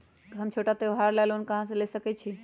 हम छोटा त्योहार ला लोन कहां से ले सकई छी?